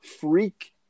freak